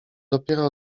dopiero